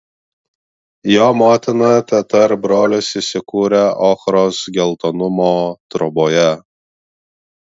jo motina teta ir brolis įsikūrę ochros geltonumo troboje